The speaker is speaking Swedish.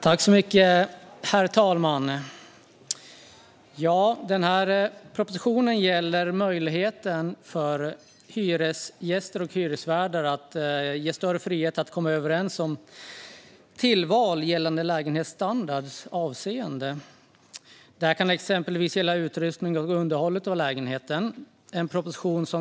Herr talman! Denna proposition handlar om att ge hyresgäster och hyresvärdar större frihet att komma överens om tillval avseende lägenhetsstandard. Det kan till exempel gälla utrustning och underhåll av lägenheten.